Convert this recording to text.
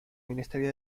ministerio